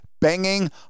banging